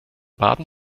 baden